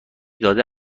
داده